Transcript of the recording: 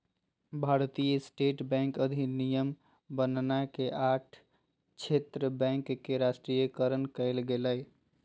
भारतीय state bank अधिनियम बनना के आठ क्षेत्र बैंक के राष्ट्रीयकरण कइल गेलय